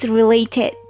related